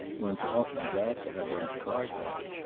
one's often glad to have one's card back.